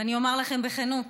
ואני אומר לכם בכנות,